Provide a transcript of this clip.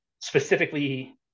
specifically